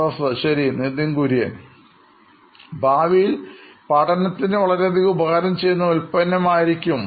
professor ശരി നിതിൻ കുര്യൻ സിഒയു നോയിൻ ഇലക്ട്രോണിക്സ് ഭാവിയിൽ പഠനത്തിന് വളരെയധികം ഉപകാരം ചെയ്യുന്ന ഒരു ഉൽപ്പന്നം ആയിരിക്കും